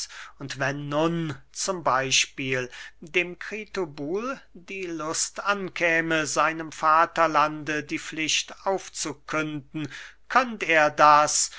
und wenn nun z b dem kritobul die lust ankäme seinem vaterlande die pflicht aufzukünden könnt er das